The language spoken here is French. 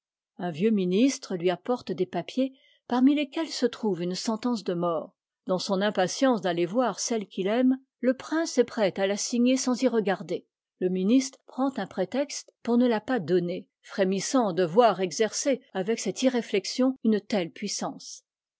un vieux ministre lui apporte des papiers parmi lesquels se trouve une sentence de mort dans son impatience d'aller voir celle qu'il aime le prince est prêt à la signer sans y regarder le ministre prend un prétexte pour ne la pas donner frémissant de voir exercer avec cette irréflexion une telle puissance